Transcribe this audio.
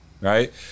right